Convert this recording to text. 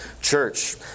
church